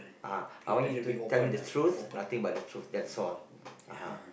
uh I want you to tell me the truth nothing but the truth that's all (uh huh)